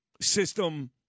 system